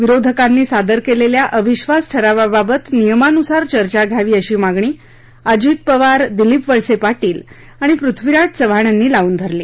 विरोधकांनी सादर केलेल्या अविश्वास ठरावाबाबत नियमानुसार चर्चा घ्यावी अशी मागणी अजित पवार दिलीप वळसे पाटील आणि पृथ्वीराज चव्हाण यांनी लावून धरली